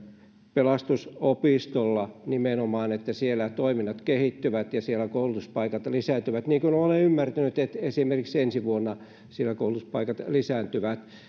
pelastusopistolla nimenomaan niin että siellä toiminnat kehittyvät ja siellä koulutuspaikat lisääntyvät niin kuin olen ymmärtänyt että esimerkiksi ensi vuonna siellä koulutuspaikat lisääntyvät